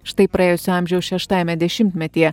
štai praėjusio amžiaus šeštajame dešimtmetyje